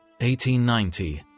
1890